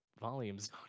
volumes